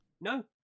No